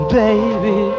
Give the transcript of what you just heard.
baby